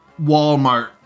Walmart